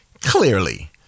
clearly